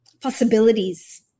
possibilities